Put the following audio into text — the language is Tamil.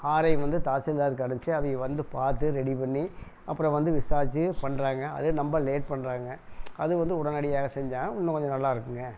ஆர்ஐ வந்து தாசில்தார்க்கு அமிச்சி அவிய்ங்க அதை வந்து பார்த்து ரெடி பண்ணி அப்புறம் வந்து விசாரிச்சு பண்ணுறாங்க அது ரொம்ப லேட் பண்ணுறாங்க அது வந்து உடனடியாக செஞ்சால் இன்னும் கொஞ்சம் நல்லாருக்குங்க